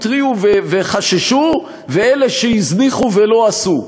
התריעו וחששו ואלה שהזניחו ולא עשו.